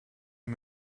est